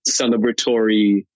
celebratory